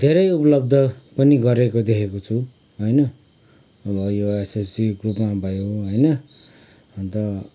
धेरै उपलब्ध पनि गरेको देखेको छु होइन अब यो एसएचजी ग्रुपमा भयो होइन अन्त